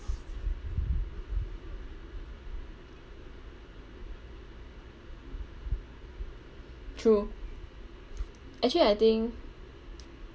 true actually I think